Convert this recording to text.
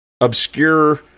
obscure